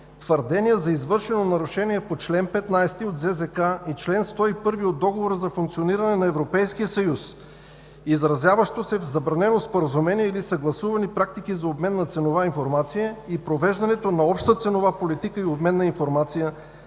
твърдения за извършено нарушение по чл. 15 от ЗЗК и чл. 101 от Договора за функциониране на Европейския съюз, изразяващо се в забранено споразумение или съгласувани практики за обмен на ценова информация и провеждането на обща ценова политика и обмен на информация